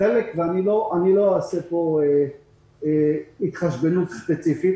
אני לא אעשה פה התחשבנות ספציפית,